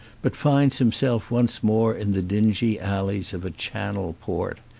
but finds himself once more in the dingy alleys of a channel port.